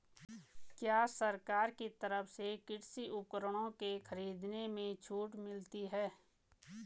क्या सरकार की तरफ से कृषि उपकरणों के खरीदने में छूट मिलती है?